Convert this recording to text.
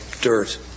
dirt